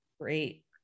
great